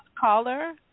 Caller